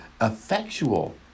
effectual